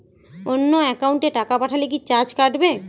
অন্য একাউন্টে টাকা পাঠালে কি চার্জ কাটবে?